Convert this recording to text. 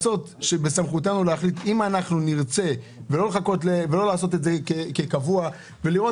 בסמכותנו להחליט אם אנחנו נרצה ולא לעשות את זה כמשהו קבוע ולראות